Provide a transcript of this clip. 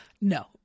No